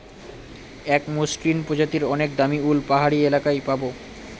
এক মসৃন প্রজাতির অনেক দামী উল পাহাড়ি এলাকায় পাবো